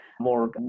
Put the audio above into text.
more